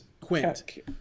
Quint